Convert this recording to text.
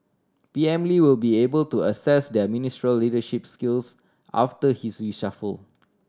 P M Lee will be able to assess their ministerial leadership skills after his reshuffle